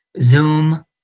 Zoom